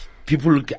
People